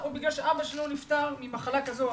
או בגלל שאבא שלו נפטר ממחלה כזאת או